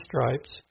stripes